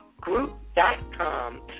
group.com